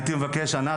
הייתי מבקש ענת,